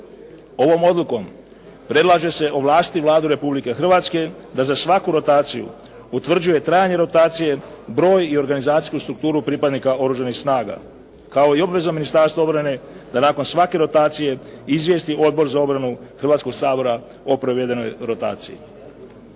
Ovom odlukom predlaže se ovlastiti Vladu Republike Hrvatske da za svaku rotaciju utvrđuje trajanje rotacije, broj i organizacijsku strukturu pripadnika Oružanih snaga, kao i obvezu Ministarstva obrane da nakon svake rotacije izvijesti Odbor za obranu Hrvatskoga sabora o provedenoj rotaciji.